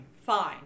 Fine